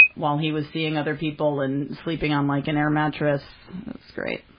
while he was seeing other people, and sleeping on like an air mattress it was great.